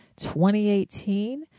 2018